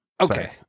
Okay